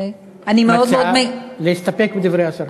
אני מאוד מאוד, את מציעה להסתפק בדברי השרה?